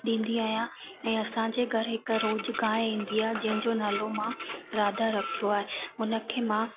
ॾींदी आहियां ऐं असांजे घरु हिकु रोज़ु गांइ ईंदी आहे जंहिं जो नालो मां राधा रखियो आहे उनखे मां